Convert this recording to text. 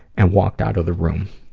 and walked out of the room.